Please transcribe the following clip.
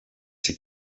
ses